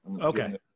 okay